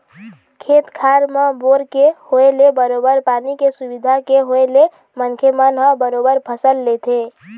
खेत खार म बोर के होय ले बरोबर पानी के सुबिधा के होय ले मनखे मन ह बरोबर फसल लेथे